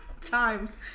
times